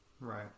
Right